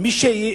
גם מי שהעיד,